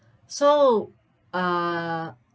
so uh